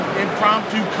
impromptu